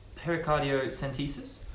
pericardiocentesis